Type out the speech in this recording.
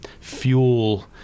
fuel